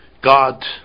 God